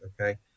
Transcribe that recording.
okay